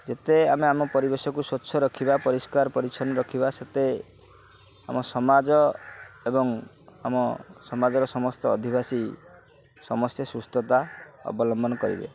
ଯେତେ ଆମେ ଆମ ପରିବେଶକୁ ସ୍ୱଚ୍ଛ ରଖିବା ପରିଷ୍କାର ପରିଚ୍ଛନ୍ନ ରଖିବା ସେତେ ଆମ ସମାଜ ଏବଂ ଆମ ସମାଜର ସମସ୍ତ ଅଧିବାସୀ ସମସ୍ତେ ସୁସ୍ଥତା ଅବଲମ୍ବନ କରିବେ